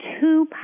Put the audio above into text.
two